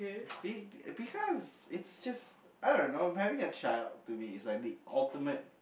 see because it's just I don't know having a child to me is like the ultimate